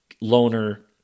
Loner